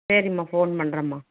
சரிம்மா ஃபோன் பண்ணுறேம்மா